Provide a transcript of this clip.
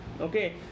okay